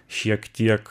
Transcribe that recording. šiek tiek